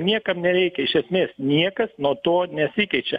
niekam nereikia iš esmės niekas nuo to nesikeičia